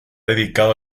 dedicado